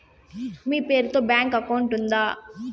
మీ పేరు తో bank account ఉందా?